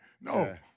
No